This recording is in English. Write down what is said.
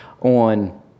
on